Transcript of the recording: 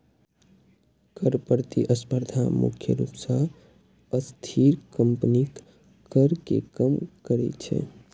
कर प्रतिस्पर्धा मुख्य रूप सं अस्थिर कंपनीक कर कें कम करै छै